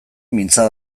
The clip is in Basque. mintza